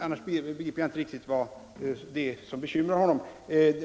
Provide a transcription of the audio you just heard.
Annars begriper jag inte riktigt vad det är som bekymrar honom.